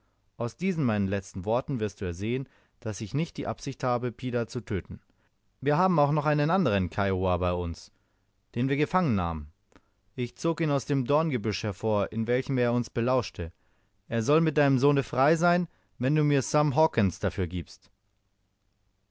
aus diesen meinen letzten worten wirst du ersehen daß ich nicht die absicht habe pida zu töten wir haben auch noch einen andern kiowa bei uns den wir gefangen nahmen ich zog ihn aus dem dorngebüsch hervor in welchem er uns belauschte er soll mit deinem sohne frei sein wenn du mir sam hawkens dafür gibst